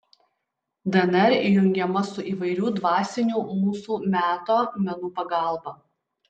dnr įjungiama su įvairių dvasinių mūsų meto menų pagalba